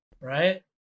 Right